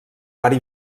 part